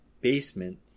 basement